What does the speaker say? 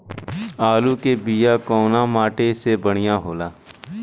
आलू के बिया कवना माटी मे बढ़ियां होला?